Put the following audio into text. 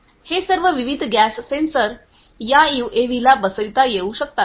हे सर्व विविध गॅस सेन्सर या यूएव्हीला बसविता येऊ शकतात